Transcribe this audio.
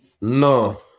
No